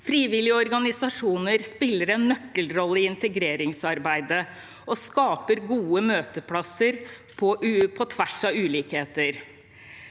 Frivillige organisasjoner spiller en nøkkelrolle i integreringsarbeidet og skaper gode møteplasser på tvers av ulikheter.